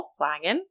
Volkswagen